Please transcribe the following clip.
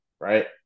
right